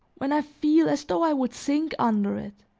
when i feel as though i would sink under it,